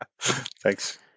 Thanks